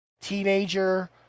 teenager